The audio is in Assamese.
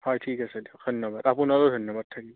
হয় ঠিক আছে দিয়ক ধন্যবাদ আপোনালৈয়ো ধন্যবাদ থাকিল